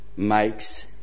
Makes